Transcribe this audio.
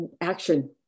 action